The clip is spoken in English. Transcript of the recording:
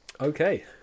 Okay